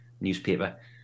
newspaper